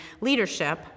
leadership